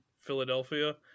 Philadelphia